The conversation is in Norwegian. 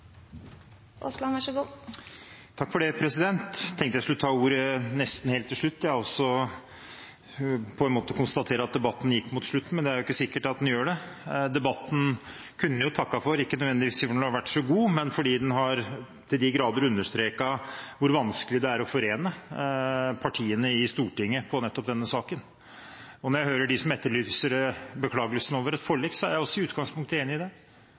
har vært så god, men fordi den til de grader har understreket hvor vanskelig det er å forene partiene i Stortinget i nettopp denne saken. Når jeg hører dem som etterlyser et forlik, er jeg i utgangspunktet enig i det.